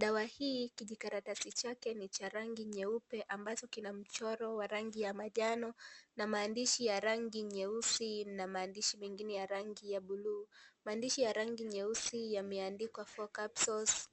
Dawa hii kijikarstasi chake ni cha rangi nyeupe ambacho kina mchoro wa rangi ya manjano na maandishi ya rangi nyeusi na maandishi mengine ya rangi ya bluu, maandishi ya rangi nyeupe yameandikwa(CS)capsos